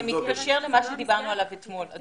זה מתקשר למה שדיברנו עליו אתמול.